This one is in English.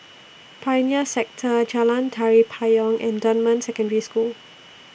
Pioneer Sector Jalan Tari Payong and Dunman Secondary School